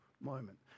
moment